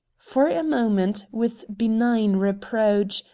for a moment, with benign reproach,